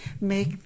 make